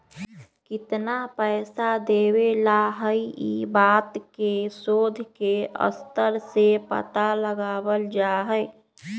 कितना पैसा देवे ला हई ई बात के शोद के स्तर से पता लगावल जा हई